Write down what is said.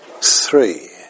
three